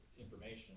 information